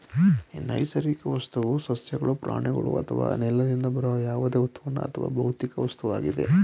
ನೈಸರ್ಗಿಕ ವಸ್ತುವು ಸಸ್ಯಗಳು ಪ್ರಾಣಿಗಳು ಅಥವಾ ನೆಲದಿಂದ ಬರುವ ಯಾವುದೇ ಉತ್ಪನ್ನ ಅಥವಾ ಭೌತಿಕ ವಸ್ತುವಾಗಿದೆ